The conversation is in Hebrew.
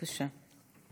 בבקשה.